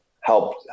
help